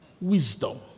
wisdom